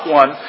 one